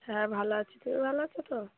হ্যাঁ ভালো আছি তুমি ভালো আছো তো